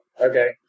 Okay